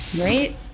right